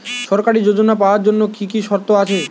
সরকারী যোজনা পাওয়ার জন্য কি কি শর্ত আছে?